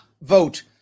vote